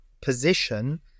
position